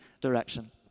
direction